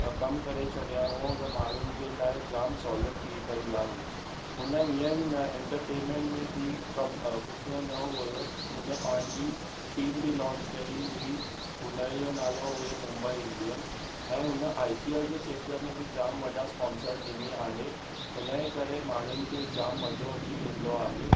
कमु करे छॾिया हूअं माण्हुनि जे लाइ जामु सहूलियत थी पई आहे उन हीअं ई न इंटरटेन्मेंट में बि कमु पुठियों न हुयो हुन पहिजी टीम बि लॉन्च कई हुई उनजो नालो हुयो मुंबई इंडियंस ऐं हुन आई पी एल जे क्षेत्र में बि जामु वॾा स्पॉन्सर ॾिनी आहे हुन ई करे माण्हुनि खे जामु मज़ो अची वेंदो आहे